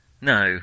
No